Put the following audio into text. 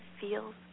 feels